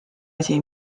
asi